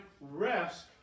rest